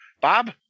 Bob